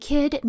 Kid